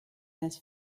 las